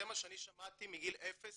זה מה שאני שמעתי מגיל אפס